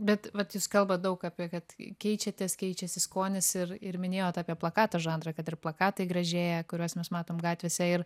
bet vat jūs kalbat daug apie kad keičiatės keičiasi skonis ir ir minėjot apie plakato žanrą kad ir plakatai gražėja kuriuos mes matom gatvėse ir